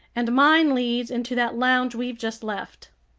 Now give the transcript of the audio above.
and mine leads into that lounge we've just left.